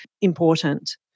important